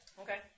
Okay